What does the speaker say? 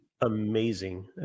amazing